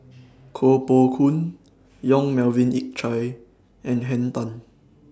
Koh Poh Koon Yong Melvin Yik Chye and Henn Tan